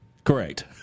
Correct